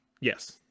Yes